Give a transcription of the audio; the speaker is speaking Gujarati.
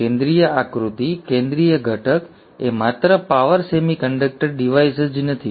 કેન્દ્રીય આકૃતિ કેન્દ્રીય ઘટક એ માત્ર પાવર સેમીકન્ડક્ટર ડિવાઇસ જ નથી